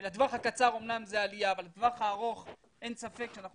-לטווח הקצר אמנם זו עלייה אבל לטווח הארוך אין ספק שאנחנו